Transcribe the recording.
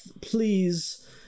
please